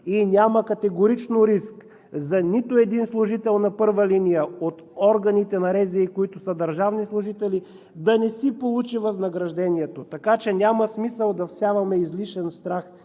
годината. Категорично няма риск за нито един служител на първа линия от органите на РЗИ, които са държавни служители, да не си получи възнаграждението. Няма смисъл да всяваме излишен страх